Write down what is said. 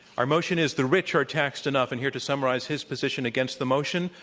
our motion is the rich are taxed enough. and here to summarize his position against the motion,